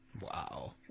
Wow